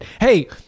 Hey